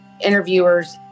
interviewers